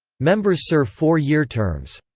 members serve four-year terms.